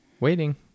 waiting